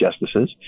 justices